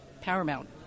paramount